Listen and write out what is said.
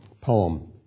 poem